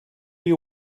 you